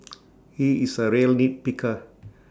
he is A real nitpicker